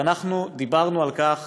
ואנחנו דיברנו על כך